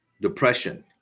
depression